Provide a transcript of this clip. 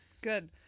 Good